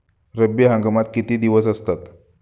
रब्बी हंगामात किती दिवस असतात?